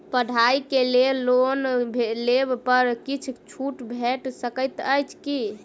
पढ़ाई केँ लेल लोन लेबऽ पर किछ छुट भैट सकैत अछि की?